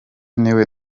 niwe